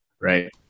Right